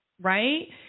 right